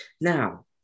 Now